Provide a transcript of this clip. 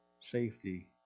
Safety